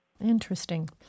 Interesting